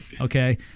okay